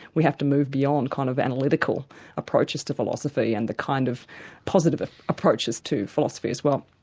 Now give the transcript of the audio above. we have to move beyond kind of analytical approaches to philosophy and the kind of positive approaches to philosophy as well.